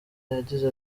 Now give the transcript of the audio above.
yagize